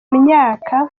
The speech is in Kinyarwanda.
myaka